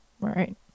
Right